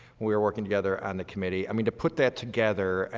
we were working together on the committee, i mean, to put that together,